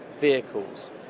vehicles